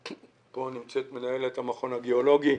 נמצאת כאן מנהלת המכון הגיאולוגי.